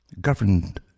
Governed